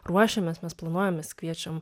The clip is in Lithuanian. ruošiamės mes planuojamės kviečiam